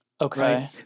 Okay